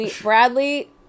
Bradley